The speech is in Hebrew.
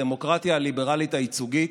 הדמוקרטיה הליברלית הייצוגית,